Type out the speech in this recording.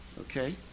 Okay